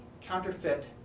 counterfeit